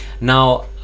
now